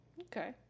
Okay